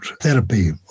therapy